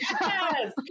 Yes